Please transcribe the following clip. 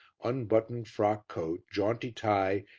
unbuttoned frock coat, jaunty tie,